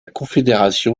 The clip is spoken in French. confédération